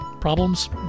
problems